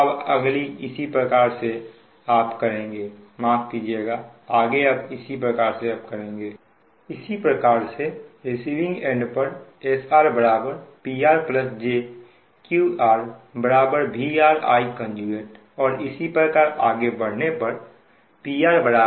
अब अगर इसी प्रकार से आप करेंगे इसी प्रकार से रिसिविंग एंड पर SR PR j Qr VR I और इसी प्रकार आगे बढ़ने पर PR VS